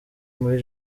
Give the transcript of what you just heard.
muri